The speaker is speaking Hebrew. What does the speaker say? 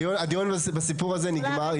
הדיון בסיפור הזה נגמר.